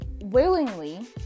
willingly